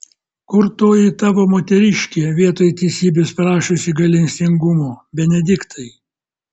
kur toji tavo moteriškė vietoj teisybės prašiusi gailestingumo benediktai